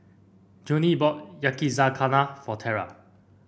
Joanie bought Yakizakana for Tyrel